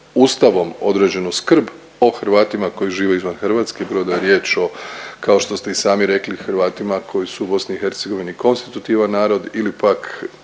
Ustavom određenu skrb o Hrvatima koji žive izvan Hrvatske, bilo da je riječ o, kao što ste i sami rekli Hrvatima koji su u BIH konstitutivan narod ili pak